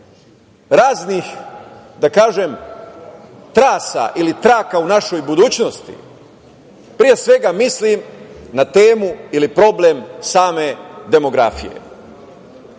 raznih trasa ili traka u našoj budućnosti. Pre svega mislim na temu ili problem same demografije. Dakle,